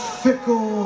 fickle